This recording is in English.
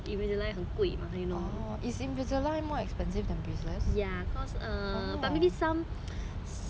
invisalign 很贵 [one] you know ya cause um but maybe some